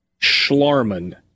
Schlarman